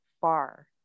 far